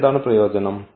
ഇവിടെ എന്താണ് പ്രയോജനം